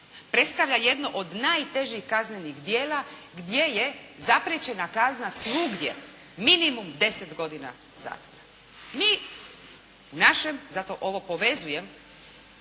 predstavlja jedno od najtežih kaznenih djela gdje je zapriječena kazna svugdje minimum 10 godina zatvora. Mi u našem, zato ovo povezujem